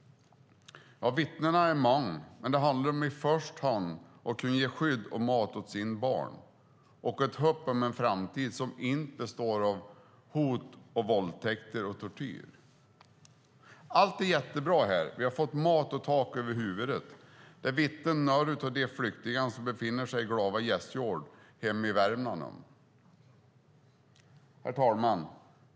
Vittnena är många, men det handlar om att i första hand kunna ge skydd och mat åt sina barn och ett hopp om en framtid som inte består av hot, våldtäkter och tortyr. Allt är jättebra här; vi har fått mat och tak över huvudet. Det vittnar några av de flyktingar som befinner sig i Glava gästgård hemma i Värmland om. Herr talman!